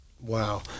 Wow